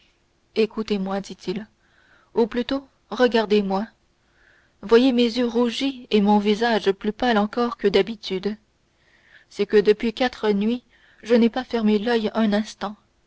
écoutez-moi dit-il ou plutôt regardez-moi voyez mes yeux rougis et mon visage plus pâle encore que d'habitude c'est que depuis quatre nuits je n'ai pas fermé l'oeil un seul instant